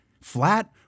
flat